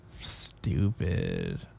Stupid